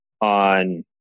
on